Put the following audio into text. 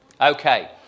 Okay